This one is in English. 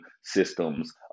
systems